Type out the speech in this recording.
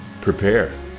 prepare